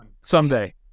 Someday